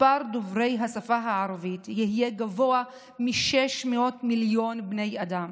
מספר דוברי השפה הערבית יהיה גבוה מ-600,000,000 בני אדם.